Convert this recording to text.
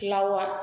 लावआ